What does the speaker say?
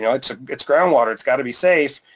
yeah it's ah it's ground water, it's gotta be safe.